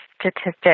statistic